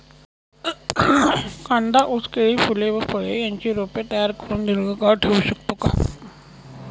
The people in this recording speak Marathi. कांदा, ऊस, केळी, फूले व फळे यांची रोपे तयार करुन दिर्घकाळ ठेवू शकतो का?